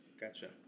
gotcha